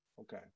Okay